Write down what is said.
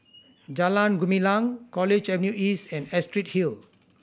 Jalan Gumilang College Avenue East and Astrid Hill